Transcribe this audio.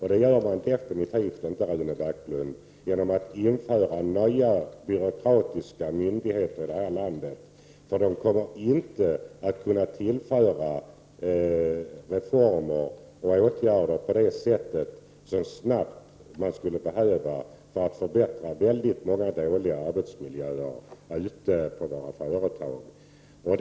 Så blir det definitivt inte genom att man inrättar nya byråkratiska myndigheter. De kommer inte att kunna genomföra reformer och vidta åtgärder så snabbt som det skulle behövas för att förbättra dåliga miljöer ute på företagen.